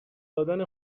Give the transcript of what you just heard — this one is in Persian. دادن